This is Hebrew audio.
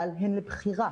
אבל הן לבחירה.